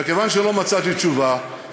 וכיוון שלא מצאתי תשובה,